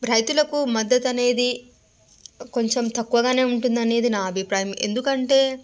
రైతులకు మద్ధతు అనేది కొంచెం తక్కువగానే ఉంటుందనేది నా అభిప్రాయం ఎందుకంటే